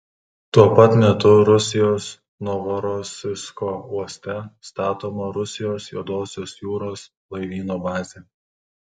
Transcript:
tuo pat metu rusijos novorosijsko uoste statoma rusijos juodosios jūros laivyno bazė